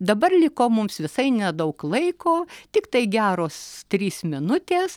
dabar liko mums visai nedaug laiko tiktai geros trys minutės